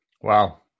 Wow